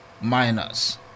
miners